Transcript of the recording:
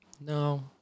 No